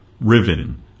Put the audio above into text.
riven